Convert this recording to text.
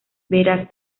verás